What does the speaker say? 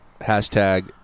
Hashtag